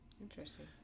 Interesting